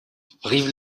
brive